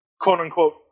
quote-unquote